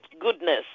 goodness